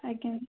ଆଜ୍ଞା